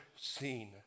seen